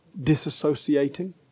disassociating